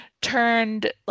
turned